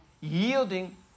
Yielding